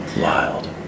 Wild